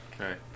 Okay